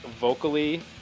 vocally